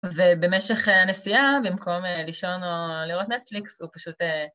ובמשך הנסיעה במקום לישון או לראות נטפליקס הוא פשוט...